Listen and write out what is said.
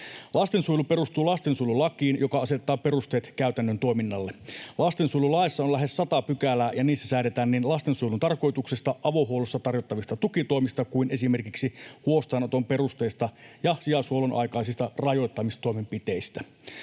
Lastensuojelu perustuu lastensuojelulakiin, joka asettaa perusteet käytännön toiminnalle. Lastensuojelulaissa on lähes sata pykälää, ja niissä säädetään niin lastensuojelun tarkoituksesta, avohuollossa tarjottavista tukitoimista kuin esimerkiksi huostaanoton perusteista ja sijaishuollon aikaisista rajoittamistoimenpiteistä.